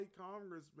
Congressman